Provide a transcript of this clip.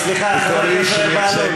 בתור איש שמייצג,